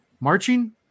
Marching